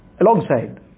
alongside